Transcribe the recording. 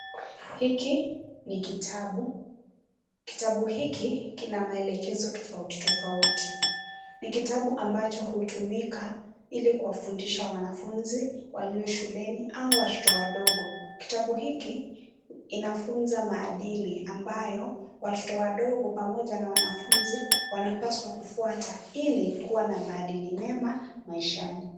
Hiki ni kitabu. Kitabu hiki kina maelekezo tofauti tofauti, ni kitabu ambacho hutumika ili kuwafundisha wanafunzi walio shuleni au watoto wadogo. Kitabu hiki kinafunza maadili, ambayo watoto wadogo pamoja na wanafunzi wanapaswa kufuata ili kuwa na maadili mema maishani.